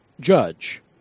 judge